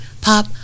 pop